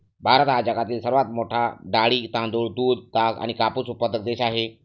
भारत हा जगातील सर्वात मोठा डाळी, तांदूळ, दूध, ताग आणि कापूस उत्पादक देश आहे